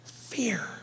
Fear